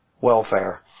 welfare